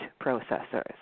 processors